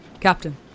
Captain